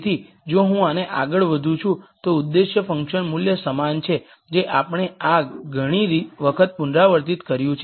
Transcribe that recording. તેથી જો હું આને આગળ વધું છું તો ઉદ્દેશ ફંકશન મૂલ્ય સમાન છે જે આપણે આ ઘણી વખત પુનરાવર્તિત કર્યું છે